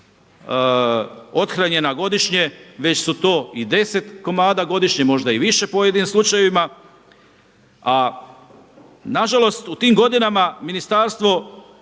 othranjena godišnje već su to i deset komada godišnje, možda i više u pojedinim slučajevima. A nažalost u tim godinama ministarstvo